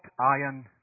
iron